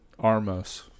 Armos